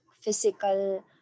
physical